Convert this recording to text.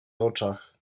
oczach